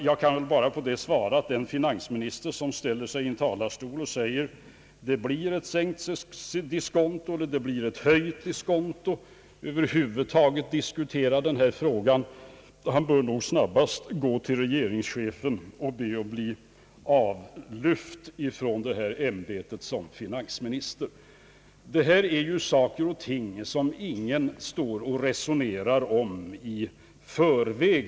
Jag får väl svara att den finansminister, som säger att det skall bli en diskontosänkning eller en diskontohöjning eller som över huvud taget diskuterar den frågan, nog bör gå till regeringschefen snarast möjligt och be att bli befriad från ämbetet som finansminister. Det här är saker och ting som ingen finansminister resonerar om i förväg.